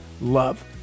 love